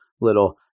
Little